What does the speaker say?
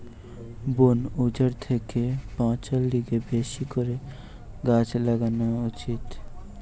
বন উজাড় থেকে বাঁচার লিগে বেশি করে গাছ লাগান উচিত